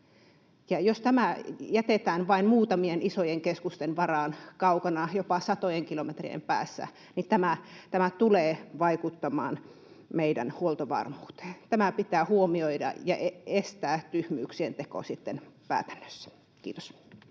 Jos tämä jätetään vain muutamien isojen keskusten varaan kaukana, jopa satojen kilometrien päässä, niin tämä tulee vaikuttamaan meidän huoltovarmuuteen. Tämä pitää huomioida ja estää tyhmyyksien teko sitten päätännässä. — Kiitos.